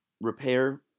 repair